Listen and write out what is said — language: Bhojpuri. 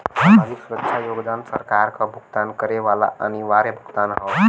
सामाजिक सुरक्षा योगदान सरकार क भुगतान करे वाला अनिवार्य भुगतान हौ